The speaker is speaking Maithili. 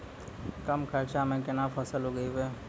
कम खर्चा म केना फसल उगैबै?